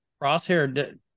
Crosshair